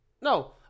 No